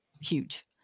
Huge